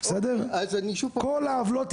אני שואל אם רשות האוכלוסין,